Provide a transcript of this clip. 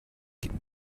geht